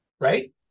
right